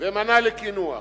ומנה לקינוח,